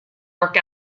work